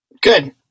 Good